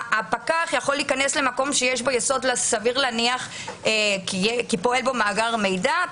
הפקח יכול להיכנס למקום שיש בו יסוד סביר להניח שפועל בו מאגר מידע,